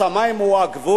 השמים הם הגבול.